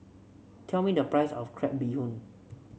tell me the price of Crab Bee Hoon